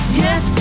yes